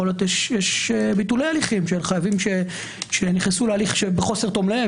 יש ביטולי הליכים של הליכים שנכנסו להליכים בחוק תום לב,